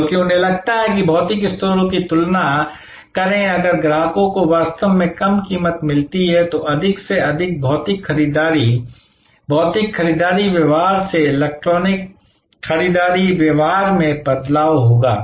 क्योंकि उन्हें लगता है कि भौतिक स्टोरों की तुलना करें अगर ग्राहकों को वास्तव में कम कीमत मिलती है तो अधिक से अधिक भौतिक खरीदारी भौतिक खरीदारी व्यवहार से इलेक्ट्रॉनिक खरीदारी व्यवहार में बदलाव होगा